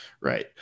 right